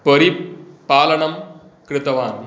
परिपालनं कृतवान्